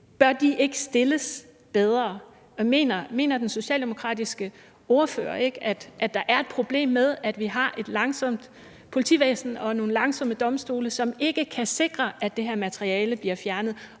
så ikke stilles bedre? Mener den socialdemokratiske ordfører ikke, at der er et problem med, at vi har et langsomt politivæsen og nogle langsomme domstole, som ikke kan sikre, at det her materiale bliver fjernet,